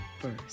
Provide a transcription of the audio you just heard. first